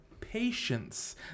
patience